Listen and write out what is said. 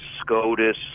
SCOTUS